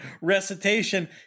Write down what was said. recitation